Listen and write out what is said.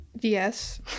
yes